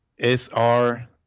SR